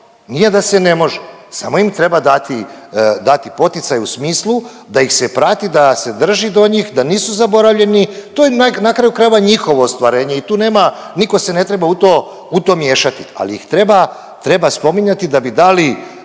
nije da se ne može, samo im treba dati poticaj u smislu, da ih se prati, da se drži do njih, da nisu zaboravljeni, to je, na kraju krajeva, njihovo ostvarenje i tu nema, nitko se ne treba u to miješati, ali ih treba, treba spominjati da bi dali